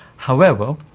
however,